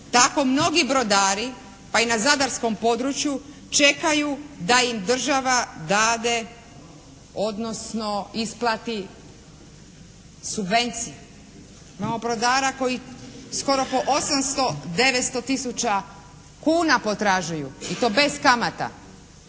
tako mnogi brodari pa i na zadarskom području čekaju da im država dade, odnosno isplati subvencije. Ima brodara koji skoro po 800, 900 tisuća kuna potražuju i to bez kamata.